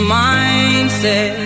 mindset